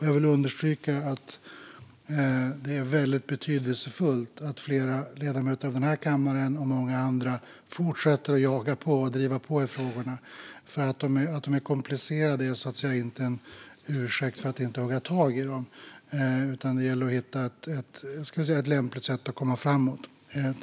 Jag vill understryka att det är väldigt betydelsefullt att flera ledamöter av den här kammaren och många andra fortsätter att jaga på och driva på i dessa frågor. Att de är komplicerade är inte en ursäkt för att inte hugga tag i dem, utan det gäller att hitta ett lämpligt sätt att komma framåt.